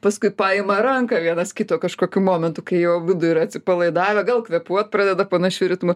paskui paima ranką vienas kito kažkokiu momentu kai jau abudu yra atsipalaidavę gal kvėpuot pradeda panašiu ritmu